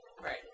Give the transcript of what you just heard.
Right